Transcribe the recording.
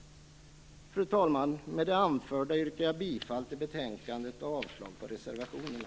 Fru talman! Med det anförda yrkar jag bifall till utskottets hemställan i betänkandet och avslag på reservationerna.